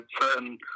certain